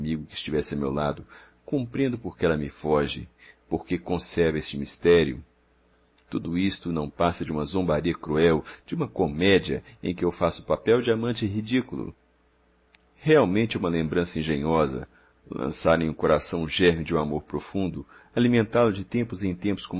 amigo que estivesse a meu lado compreendo por que ela me foge por que conserva esse mistério tudo isto não passa de uma zombaria cruel de uma comédia em que eu faço o papel de amante ridículo realmente é uma lembrança engenhosa lançar em um coração o germe de um amor profundo alimentá lo de tempos a tempos